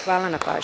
Hvala.